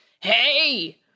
Hey